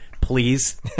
please